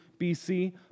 BC